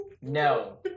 No